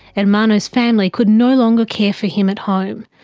and ermanno's family could no longer care for him at home.